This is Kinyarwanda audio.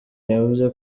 yavuze